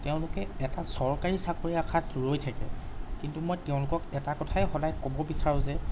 তেওঁলোকে এটা চৰকাৰী চাকৰিৰ আশাত ৰৈ থাকে কিন্তু মই তেওঁলোকক এটা কথাই সদায় ক'ব বিচাৰোঁ যে